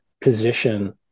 position